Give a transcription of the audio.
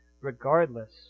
regardless